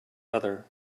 other